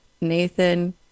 Nathan